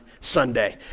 Sunday